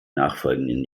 nachfolgenden